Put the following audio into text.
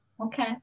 Okay